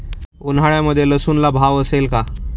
उन्हाळ्यामध्ये लसूणला भाव असेल का?